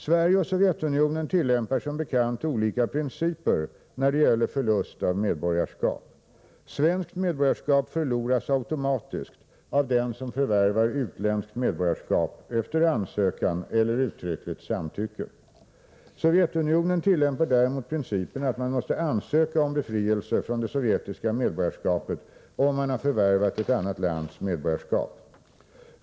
Sverige och Sovjetunionen tillämpar som bekant olika principer när det gäller förlust av medborgarskap. Svenskt medborgarskap förloras automatiskt av den som förvärvar utländskt medborgarskap efter ansökan eller uttryckligt samtycke. Sovjetunionen tillämpar däremot principen, att man måste ansöka om befrielse från det sovjetiska medborgarskapet, om man har förvärvat ett annat lands medborgarskap.